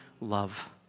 love